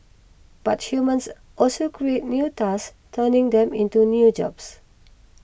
but humans also create new tasks turning them into new jobs